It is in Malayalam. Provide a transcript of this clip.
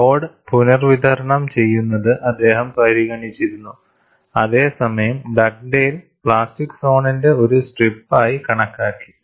ലോഡ് പുനർവിതരണം ചെയ്യുന്നത് അദ്ദേഹം പരിഗണിച്ചിരുന്നു അതേസമയം ഡഗ്ഡേൽ പ്ലാസ്റ്റിക് സോണിന്റെ ഒരു സ്ട്രിപ്പായി കണക്കാക്കി